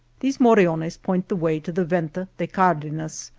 these moriones point the way to the venta de cardenas,